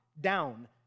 down